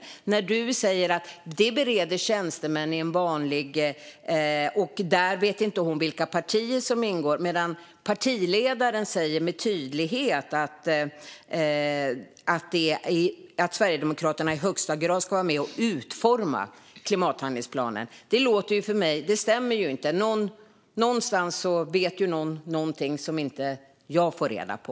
Klimat och miljöministern säger att det bereds av tjänstemän i vanlig ordning, och hon vet inte vilka partier som ingår. Partiledaren säger dock med tydlighet att Sverigedemokraterna i högsta grad ska vara med och utforma klimathandlingsplanen. Jag får det inte att gå ihop. Någonstans vet någon någonting som jag inte får reda på.